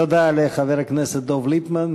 תודה לחבר הכנסת דב ליפמן.